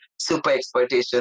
super-exploitation